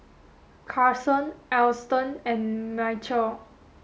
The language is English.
Carson Alston and Michial